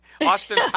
Austin